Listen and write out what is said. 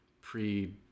pre